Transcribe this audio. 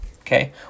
Okay